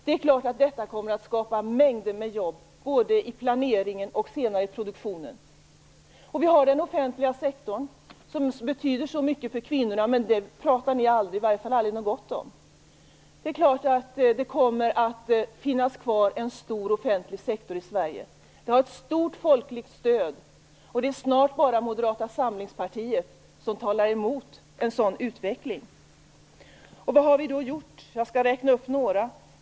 Det är klart att detta kommer att skapa mängder med jobb både i planeringen och senare i produktionen. Vi har den offentliga sektorn som betyder så mycket för kvinnorna. Den pratar ni aldrig något gott om. Det är klart att det kommer att finnas kvar en stor offentlig sektor i Sverige. Den har ett stort folkligt stöd. Det är snart bara Moderata samlingspartiet som talar emot en sådan utveckling. Jag skall räkna upp något av det vi gör.